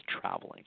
traveling